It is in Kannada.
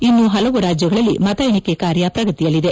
ಇನ್ನೂ ಹಲವು ರಾಜ್ಯಗಳಲ್ಲಿ ಮತ ಎಣಿಕೆ ಕಾರ್ಯ ಪ್ರಗತಿಯಲ್ಲಿದೆ